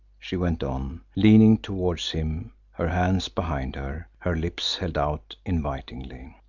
she went on, leaning towards him, her hands behind her, her lips held out invitingly.